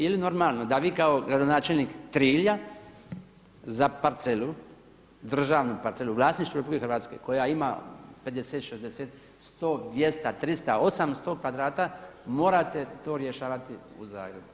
Je li normalno da vi kao gradonačelnik Trilja za parcelu, državnu parcelu u vlasništvu RH koja ima 50, 60, 100, 200, 300, 800 kvadrata morate to rješavati u Zagrebu?